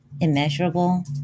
immeasurable